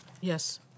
Yes